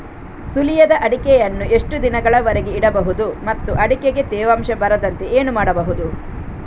ಸುಲಿಯದ ಅಡಿಕೆಯನ್ನು ಎಷ್ಟು ದಿನಗಳವರೆಗೆ ಇಡಬಹುದು ಮತ್ತು ಅಡಿಕೆಗೆ ತೇವಾಂಶ ಬರದಂತೆ ಏನು ಮಾಡಬಹುದು?